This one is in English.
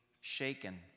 shaken